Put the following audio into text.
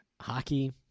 hockey